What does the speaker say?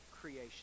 creation